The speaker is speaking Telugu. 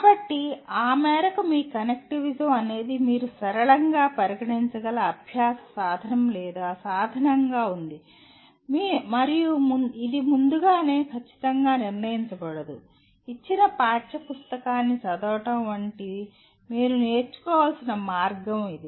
కాబట్టి ఆ మేరకు మీ కనెక్టివిజం అనేది మీరు సరళంగా పరిగణించగల అభ్యాస సాధనం లేదా సాధనంగా ఉంది మరియు ఇది ముందుగానే ఖచ్చితంగా నిర్ణయించబడదు ఇచ్చిన పాఠ్యపుస్తకాన్ని చదవడం వంటి మీరు నేర్చుకోవలసిన మార్గం ఇది